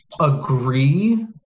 agree